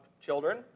children